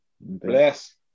bless